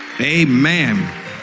Amen